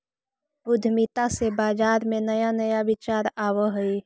उद्यमिता से बाजार में नया नया विचार आवऽ हइ